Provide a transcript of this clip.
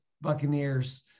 Buccaneers